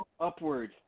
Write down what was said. upward